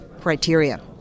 criteria